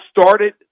started